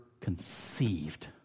conceived